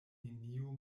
neniu